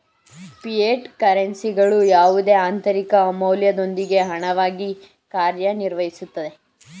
fiat ಕರೆನ್ಸಿಗಳು ಯಾವುದೇ ಆಂತರಿಕ ಮೌಲ್ಯದೊಂದಿಗೆ ಹಣವಾಗಿ ಕಾರ್ಯನಿರ್ವಹಿಸುತ್ತೆ